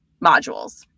modules